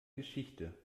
geschichte